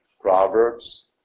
Proverbs